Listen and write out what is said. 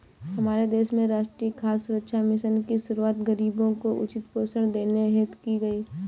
हमारे देश में राष्ट्रीय खाद्य सुरक्षा मिशन की शुरुआत गरीबों को उचित पोषण देने हेतु की गई